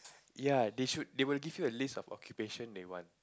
ya they should they will give you a list of occupation they want